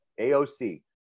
AOC